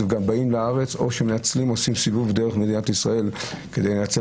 באים לארץ או עושים סיבוב דרך מדינת ישראל כדי לנצל